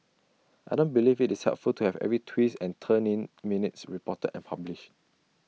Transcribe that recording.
I don't believe IT is helpful to have every twist and and turn in minutes reported and published